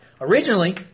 Originally